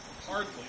Hardly